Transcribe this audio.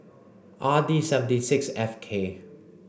R D seventy six F K